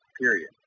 period